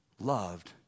loved